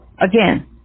again